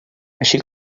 així